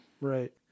right